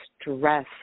stress